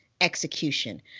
execution